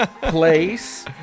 Place